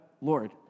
Lord